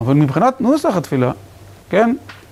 אבל מבחינת נוסח התפילה, כן?